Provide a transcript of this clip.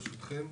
ברשותכם,